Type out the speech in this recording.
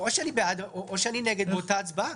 אני בעד או נגד באותה הצבעה.